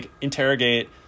interrogate